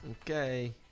Okay